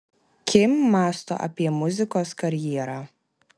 kim mąsto apie muzikos karjerą